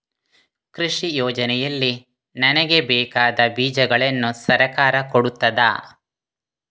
ಕೃಷಿ ಯೋಜನೆಯಲ್ಲಿ ನನಗೆ ಬೇಕಾದ ಬೀಜಗಳನ್ನು ಸರಕಾರ ಕೊಡುತ್ತದಾ?